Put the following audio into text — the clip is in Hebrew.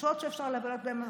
חורשות שאפשר לבלות בהן.